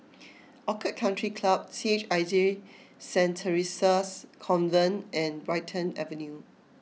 Orchid Country Club C H I J Saint Theresa's Convent and Brighton Avenue